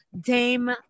Dame